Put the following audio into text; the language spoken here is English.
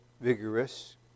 vigorous